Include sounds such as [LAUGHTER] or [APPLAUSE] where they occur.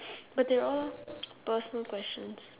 [NOISE] but they're all personal questions